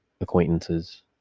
acquaintances